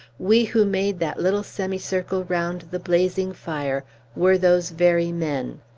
we who made that little semicircle round the blazing fire were those very men.